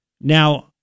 now